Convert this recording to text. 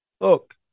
look